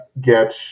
get